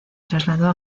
trasladó